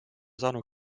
saanud